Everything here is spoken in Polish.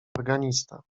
organista